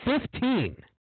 Fifteen